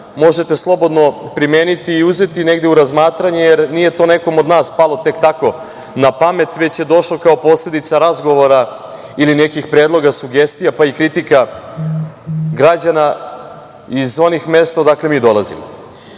možete slobodno primeniti i uzeti negde u razmatranje, jer nije to nekom od nas palo tek tako na pamet, već je došlo kao posledica razgovora ili nekih predloga, sugestija, pa i kritika građana iz onih mesta odakle mi dolazimo. Kada